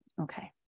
Okay